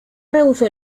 rehusó